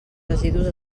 residus